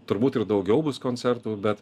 turbūt ir daugiau bus koncertų bet